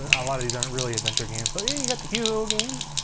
a lot of these aren't really adventure games, but you got the hugo games.